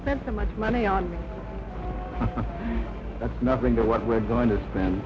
spent so much money on that's nothing to what we're going to s